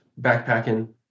backpacking